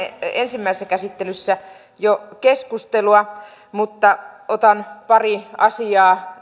ensimmäisessä käsittelyssä keskustelua mutta otan pari asiaa